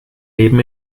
leben